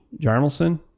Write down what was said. jarmelson